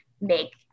make